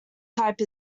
tight